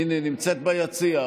הינה, נמצאת ביציע.